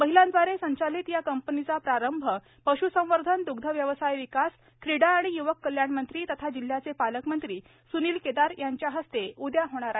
महिलांदवारे संचालित या कंपनीचा प्रारंभ पश्संवर्धन द्ग्धव्यवसाय विकास क्रीडा आणि युवक कल्याणमंत्री तथा जिल्ह्याचे पालकमंत्री सुनील केदार यांचे हस्ते उद्या होत आहे